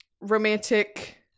romantic